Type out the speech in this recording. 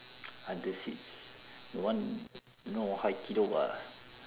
under siege the one know haikido ah